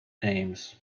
ames